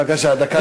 בבקשה, דקה.